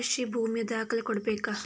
ಕೃಷಿ ಭೂಮಿಯ ದಾಖಲೆ ಕೊಡ್ಬೇಕಾ?